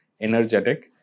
energetic